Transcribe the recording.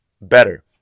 better